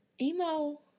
Emo